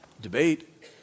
debate